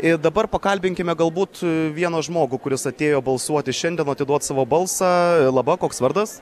ir dabar pakalbinkime galbūt vieną žmogų kuris atėjo balsuoti šiandien atiduot savo balsą laba koks vardas